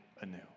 anew